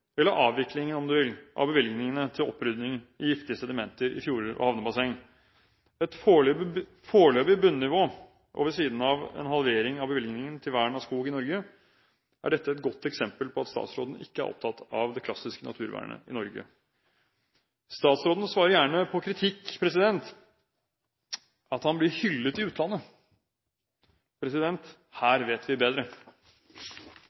av bevilgningene til opprydning i giftige sedimenter i fjorder og havnebasseng. Som et foreløpig bunnivå – ved siden av en halvering av bevilgningen til vern av skog i Norge – er dette et godt eksempel på at statsråden ikke er opptatt av det klassiske naturvernet i Norge. Statsråden svarer gjerne på kritikk med at han blir hyllet i utlandet.